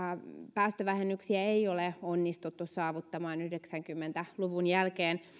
päästövähennyksiä ei ole onnistuttu saavuttamaan yhdeksänkymmentä luvun jälkeen